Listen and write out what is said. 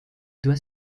doit